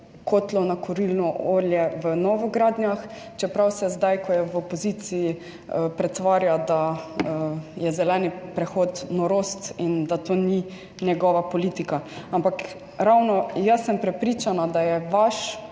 kotlov na kurilno olje v novogradnjah, čeprav se zdaj, ko je v opoziciji, pretvarja, da je zeleni prehod norost in da to ni njegova politika. Ampak ravno jaz sem prepričana, da je vaša